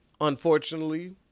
unfortunately